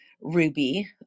ruby